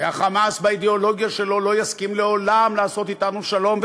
וה"חמאס" באידיאולוגיה שלו לא יסכים לעולם לעשות אתנו שלום,